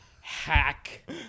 hack